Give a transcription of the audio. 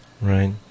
Right